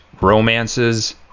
romances